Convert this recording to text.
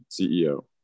CEO